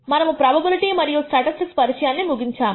మనము ప్రాబబిలిటీ మరియు స్టాటిస్టిక్స్ పరిచయాన్ని ముగించాము